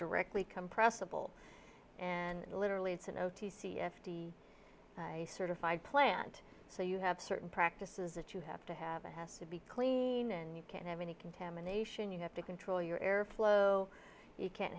compressible and literally it's an o t c e f t certified plant so you have certain practices that you have to have it has to be clean and you can't have any contamination you have to control your airflow you can't